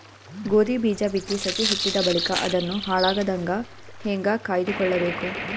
ಗೋಧಿ ಬೀಜ ಬಿತ್ತಿ ಸಸಿ ಹುಟ್ಟಿದ ಬಳಿಕ ಅದನ್ನು ಹಾಳಾಗದಂಗ ಹೇಂಗ ಕಾಯ್ದುಕೊಳಬೇಕು?